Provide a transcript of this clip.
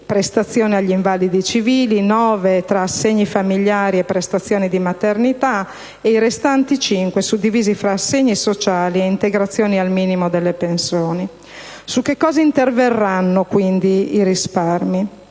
prestazioni agli invalidi civili, 9 tra assegni familiari e prestazioni per maternità e i restanti 5 suddivisi tra assegni sociali ed integrazioni al minimo delle pensioni. Su cosa interverranno allora i risparmi?